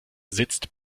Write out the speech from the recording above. sitzt